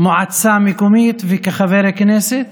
מועצה מקומית וכחבר כנסת,